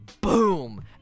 boom